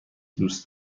دوست